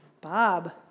Bob